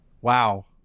Wow